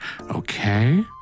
Okay